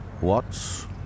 Watts